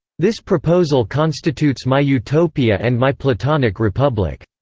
this proposal constitutes my utopia and my platonic republic.